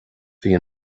bhí